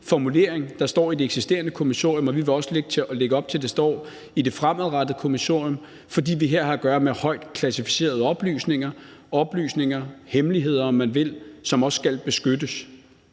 formulering, der står i det eksisterende kommissorium, og vi vil også lægge op til, at det står i det fremadrettede kommissorium, fordi vi her har at gøre med højt klassificerede oplysninger – oplysninger, hemmeligheder, om man vil, som også skal beskyttes.